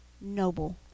noble